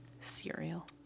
cereal